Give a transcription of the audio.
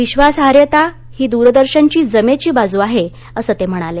विश्वासार्हता ही दूरदर्शनची जमेची बाजू आहे असं ते म्हणाले